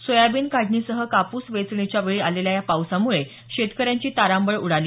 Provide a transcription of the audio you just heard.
soybean काढणीसह कापूस वेचणीच्या वेळी आलेल्या या पावसामुळे शेतकऱ्यांची तारांबळ उडाली